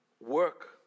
Work